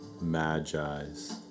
magi's